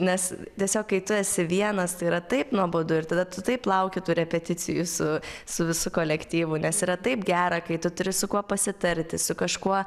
nes tiesiog kai tu esi vienas tai yra taip nuobodu ir tada tu taip lauki tų repeticijų su su visu kolektyvu nes yra taip gera kai tu turi su kuo pasitarti su kažkuo